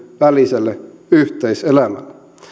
väliselle yhteiselämälle